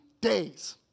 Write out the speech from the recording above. days